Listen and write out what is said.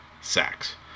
sacks